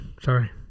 Sorry